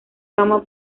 cama